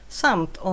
samt